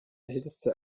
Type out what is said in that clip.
älteste